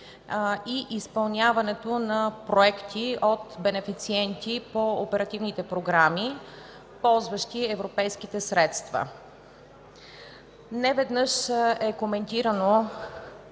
и изпълняване на проекти от бенефициенти по оперативните програми, ползващи европейските средства.